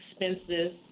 expenses